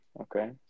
Okay